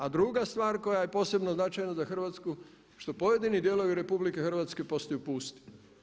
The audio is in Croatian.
A druga stvar koja je posebno značajna za Hrvatsku što pojedini dijelovi RH postaju pusti.